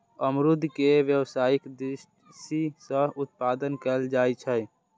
अमरूद के व्यावसायिक दृषि सं उत्पादन कैल जाइ छै